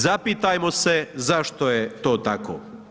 Zapitajmo se zašto je to tako.